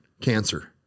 cancer